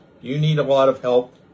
You-need-a-lot-of-help